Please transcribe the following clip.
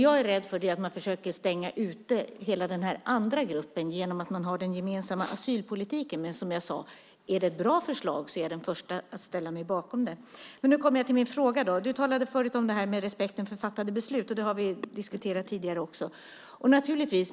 Jag är rädd för att man försöker stänga ute hela denna grupp av andra migranter genom den gemensamma asylpolitiken. Men, som jag sade, om det är ett bra förslag är jag den första att ställa mig bakom det. Nu kommer jag till min fråga. Du talade förut om detta med respekten för fattade beslut. Det har vi diskuterat tidigare också.